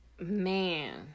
man